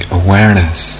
awareness